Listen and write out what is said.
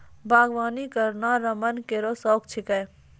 बागबानी करना रमन केरो शौक छिकै